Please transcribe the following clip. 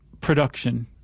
production